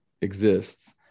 exists